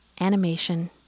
animation